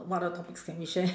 what other topics can we share